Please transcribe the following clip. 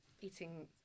eating